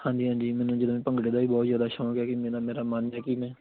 ਹਾਂਜੀ ਹਾਂਜੀ ਮੈਨੂੰ ਜਦੋਂ ਭੰਗੜੇ ਦਾ ਵੀ ਬਹੁਤ ਜ਼ਿਆਦਾ ਸ਼ੌਂਕ ਹੈ ਕਿ ਮੇਰਾ ਮੇਰਾ ਮਨ ਹੈ ਕਿ ਮੈਂ